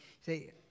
say